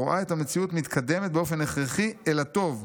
הרואה את המציאות מתקדמת באופן הכרחי אל הטוב.